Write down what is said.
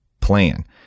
plan